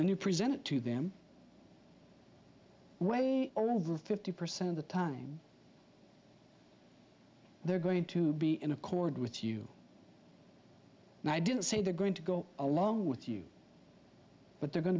the new presented to them way over fifty percent of the time they're going to be in accord with you and i didn't say they're going to go along with you but they're going